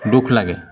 দুখ লাগে